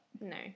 No